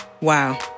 wow